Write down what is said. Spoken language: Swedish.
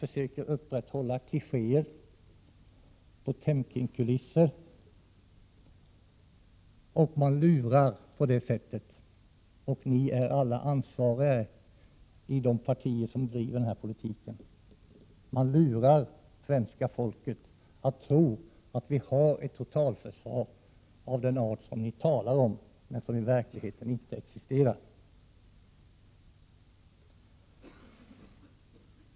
Denna politik bygger på myter, klichéer och potemkinkulisser. Alla ni i de partier som driver denna politik är ansvariga. Ni lurar svenska folket att tro att Sverige har ett totalförsvar av den art som ni talar om, men som i verkligheten inte existerar.